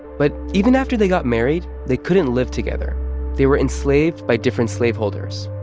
but even after they got married, they couldn't live together they were enslaved by different slaveholders.